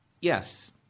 Yes